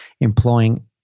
employing